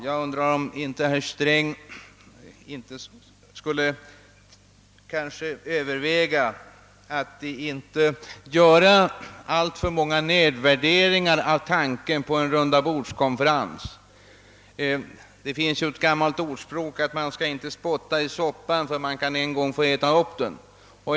Jag undrar om inte herr Sträng skulle överväga att inte alltför mycket nedvärdera tanken på en rundabordskonferens. Det finns ett gammalt ordspråk som säger att man inte skall spotta i soppan, ty man kan en gång få äta upp den.